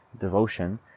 devotion